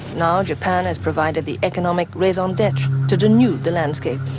now, japan has provided the economic raison d'etre to denude the landscape.